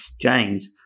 James